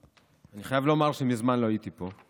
אני חייב לומר שמזמן לא הייתי פה.